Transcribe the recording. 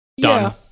done